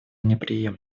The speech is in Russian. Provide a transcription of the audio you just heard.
неприемлем